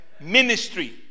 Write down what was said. Ministry